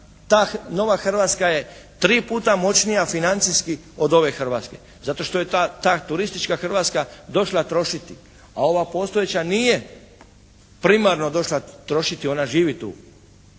nova Hrvatska je tri puta moćnija financijski od ove Hrvatske, zato što je ta turistička Hrvatska došla trošiti, a ova postojeća nije primarno došla trošiti. Ona živi tu.